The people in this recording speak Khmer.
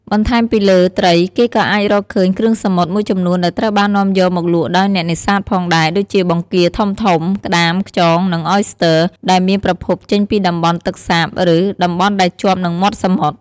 បន្ថែមពីលើត្រី គេក៏អាចរកឃើញ គ្រឿងសមុទ្រ មួយចំនួនដែលត្រូវបាននាំយកមកលក់ដោយអ្នកនេសាទផងដែរ ដូចជាបង្គាធំៗ ក្ដាម ខ្យង និងអយស្ទ័រ ដែលមានប្រភពចេញពីតំបន់ទឹកសាប ឬតំបន់ដែលជាប់នឹងមាត់សមុទ្រ។